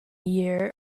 year